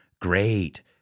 great